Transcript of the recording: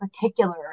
particular